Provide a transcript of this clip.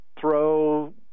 throw